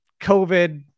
covid